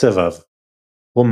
כתביו רומנים